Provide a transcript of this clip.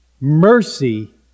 Mercy